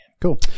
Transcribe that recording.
Cool